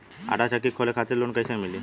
आटा चक्की खोले खातिर लोन कैसे मिली?